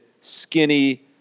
skinny